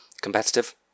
Competitive